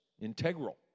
integral